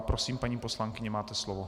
Prosím, paní poslankyně, máte slovo.